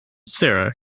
sarah